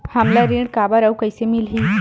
हमला ऋण काबर अउ कइसे मिलही?